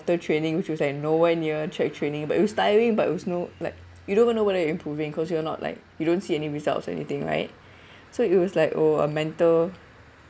water training which was nowhere near track training but it was tiring but it was no like you don't know whether you're improving cause you're not like you don't see any results and anything right so it was like !woo! a mental